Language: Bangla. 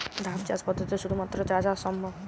ধাপ চাষ পদ্ধতিতে শুধুমাত্র চা চাষ সম্ভব?